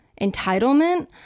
entitlement